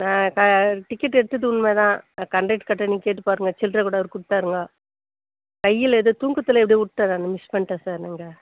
ஆ க டிக்கெட் எடுத்தது உண்மைதான் கண்டெக்டர் கிட்டே நீங்கள் கேட்டு பாருங்க சில்றரை கூட அவர் கொடுத்தாருங்கோ கையில் ஏதோ தூக்கத்தில் எப்படியோ விட்டேன் நான் மிஸ் பண்ணிவிட்டேன் சார் இங்கே